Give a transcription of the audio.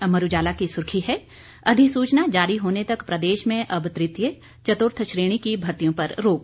अमर उजाला की सुर्खी है अधिसूचना जारी होने तक प्रदेश में अब तृतीय चतुर्थ श्रेणी की भर्तियों पर रोक